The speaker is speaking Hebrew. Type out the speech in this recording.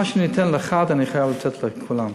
מה שאני אתן לאחד אני חייב לתת לכולם.